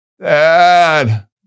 Dad